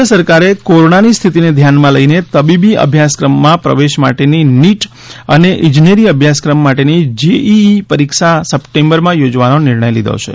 કેન્દ્ર સરકારે કોરોનાની સ્થિતિને ધ્યાનમાં લઈને તબીબી અભ્યાસક્રમોમાં પ્રવેશ માટેની નીટ અને ઇજનેરી અભ્યાસક્રમો માટેની જેઈઈ પરીક્ષા સપ્ટેમ્બરમાં યોજવાનો નિર્ણય લીધો છે